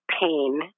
pain